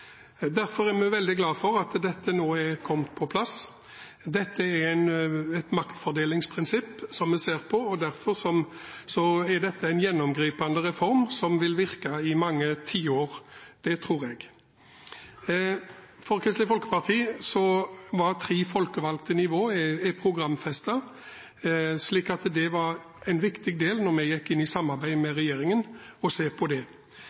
Derfor er vi veldig glad for at dette nå er kommet på plass. Det er et maktfordelingsprinsipp som vi ser på, og derfor er dette en gjennomgripende reform som vil virke i mange tiår – det tror jeg. For Kristelig Folkeparti var tre folkevalgte nivå programfestet, så det var viktig å se på det da vi gikk inn i samarbeid med regjeringen. Fylkeskommunene har en inndeling fra 1800-tallet, basert på helt andre samferdsels- og bosettingsstrukturer. Det